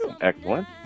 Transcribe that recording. Excellent